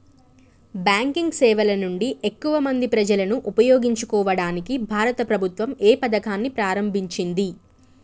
Banking సేవల నుండి ఎక్కువ మంది ప్రజలను ఉపయోగించుకోవడానికి భారత ప్రభుత్వం ఏ పథకాన్ని ప్రారంభించింది?